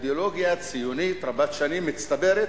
האידיאולוגיה הציונית רבת שנים ומצטברת,